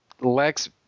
Lex –